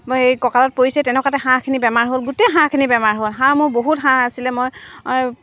সেই কঁকালত পৰিছে তেনেকুৱাতে হাঁহখিনি বেমাৰ হ'ল গোটেই হাঁহখিনি বেমাৰ হ'ল হাঁহ মোৰ বহুত হাঁহ আছিলে মই